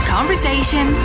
Conversation